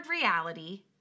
reality